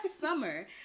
summer